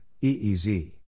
EEZ